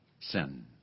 sin